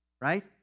right